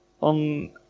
on